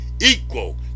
equal